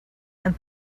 and